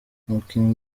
umukinnyi